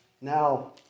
Now